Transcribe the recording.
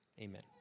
Amen